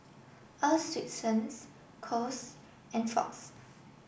Earl's Swensens Kose and Fox